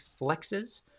flexes